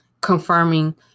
confirming